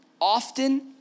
often